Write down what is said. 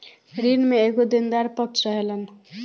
ऋण में एगो देनदार पक्ष रहेलन